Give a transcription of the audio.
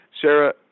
Sarah